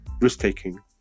risk-taking